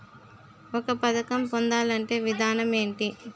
ఒక పథకం పొందాలంటే విధానం ఏంటి?